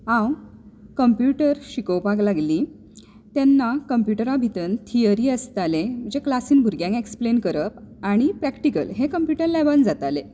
हांव कंप्युटर शिकोवपाक लागली तेन्ना कंप्युटरा भितर थियोरी आसतालें जें क्लासींत भुरग्यांक एक्सप्लेन करप आनी प्रॅक्टिकल हें कंप्युटर लॅबांत जातालें